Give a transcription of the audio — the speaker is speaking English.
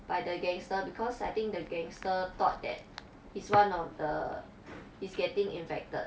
by the gangster because I think the gangster thought that he's one of the he's getting infected